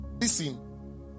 Listen